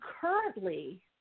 currently